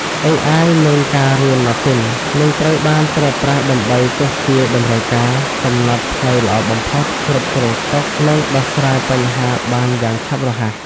AI និងការរៀនម៉ាស៊ីន នឹងត្រូវបានប្រើប្រាស់ដើម្បីទស្សន៍ទាយតម្រូវការ កំណត់ផ្លូវល្អបំផុត គ្រប់គ្រងស្តុក និងដោះស្រាយបញ្ហាបានយ៉ាងឆាប់រហ័ស។